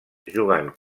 jugant